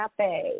Cafe